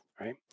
right